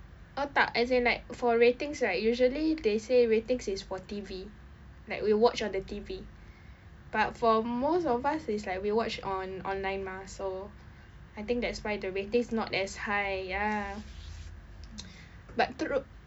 oh tak as in like for ratings right usually they say ratings is for T_V like we watch on the T_V but for most of us is like we watch on online mah so I think that's why the ratings not as high ya but tr~